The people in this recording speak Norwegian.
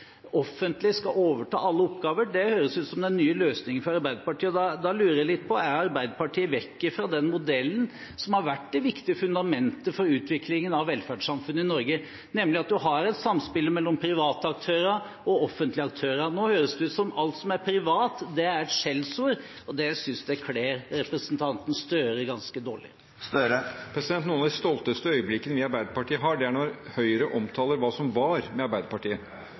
offentlige skal overta alle oppgaver, høres ut som den nye løsningen for Arbeiderpartiet. Da lurer jeg på: Har Arbeiderpartiet gått vekk fra den modellen som har vært det viktige fundamentet for utviklingen av velferdssamfunnet i Norge, nemlig at en har et samspill mellom private og offentlige aktører? Nå høres det ut som om alt som er privat, er et skjellsord, og det synes jeg kler representanten Gahr Støre ganske dårlig. Noen av de stolteste øyeblikkene vi i Arbeiderpartiet har, er når Høyre omtaler hva som var Arbeiderpartiet